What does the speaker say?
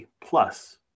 plus